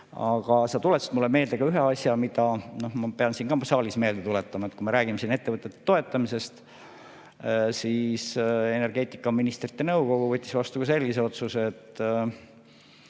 Aga sa tuletasid mulle meelde ühe asja, mida ma pean ka siin saalis meelde tuletama, kui me räägime ettevõtete toetamisest. Energeetikaministrite nõukogu võttis vastu sellise otsuse,